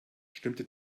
stimmte